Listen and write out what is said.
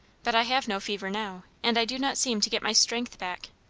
but i have no fever now, and i do not seem to get my strength back.